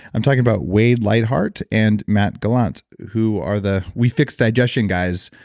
i'm talking about wade lightheart and matt gallant who are the, we fixed digestion guys,